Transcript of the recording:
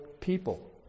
people